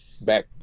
back